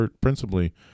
principally